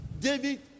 David